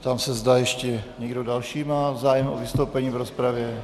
Ptám se, zda ještě někdo další má zájem o vystoupení v rozpravě.